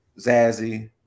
Zazzy